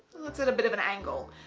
let's get a bit of an angle.